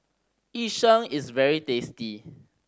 Yu Sheng is very tasty